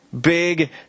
Big